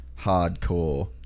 hardcore